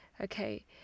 okay